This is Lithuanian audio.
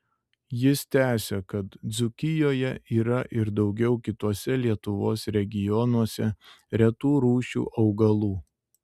jis tęsia kad dzūkijoje yra ir daugiau kituose lietuvos regionuose retų rūšių augalų